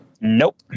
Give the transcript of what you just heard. Nope